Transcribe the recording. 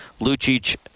Lucic